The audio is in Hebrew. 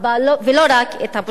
ולא רק את הפושע.